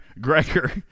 Gregor